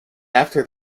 after